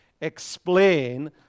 explain